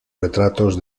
retratos